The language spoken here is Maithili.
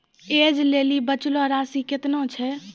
ऐज लेली बचलो राशि केतना छै?